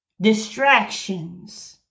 Distractions